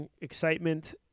excitement